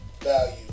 value